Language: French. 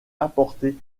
apportées